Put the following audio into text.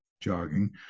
jogging